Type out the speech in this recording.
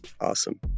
Awesome